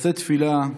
ולשאת תפילה: